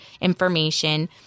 information